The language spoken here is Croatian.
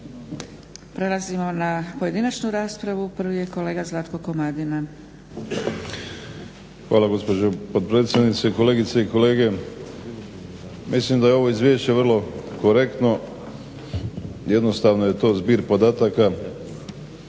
Prelazimo na pojedinačnu raspravu. Prvi je Zlatko Komadina. **Komadina, Zlatko (SDP)** Hvala gospođo potpredsjednice. Kolegice i kolege. Mislim da je ovo izvješće vrlo korektno, jednostavno je to zbir podataka